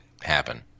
happen